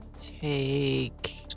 take